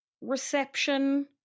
Reception